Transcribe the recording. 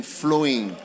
flowing